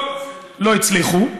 טוב, לא הצליחו.